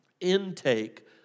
Intake